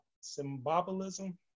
symbolism